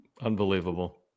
unbelievable